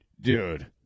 dude